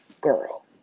girl